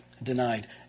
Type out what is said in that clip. denied